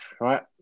right